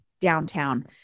downtown